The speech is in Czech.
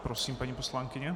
Prosím, paní poslankyně.